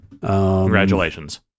Congratulations